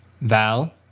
Val